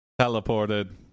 teleported